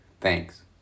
Thanks